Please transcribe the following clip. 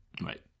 Right